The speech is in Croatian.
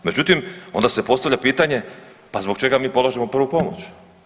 Međutim, onda se postavlja pitanje pa zbog čega mi polažemo prvu pomoć?